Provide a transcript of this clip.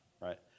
right